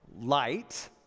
Light